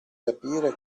capire